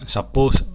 Suppose